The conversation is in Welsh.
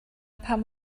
pam